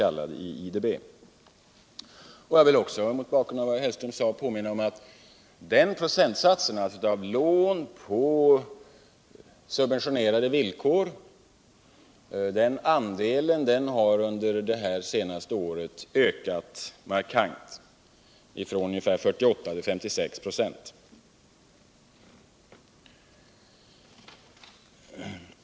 Mot bakgrund av vad herr Hellström sade vill jag också påminna om att andelen lån på subventionerade villkor till denna grupp under det senaste året har ökat markant, från ungefär 48 26 till 56 26.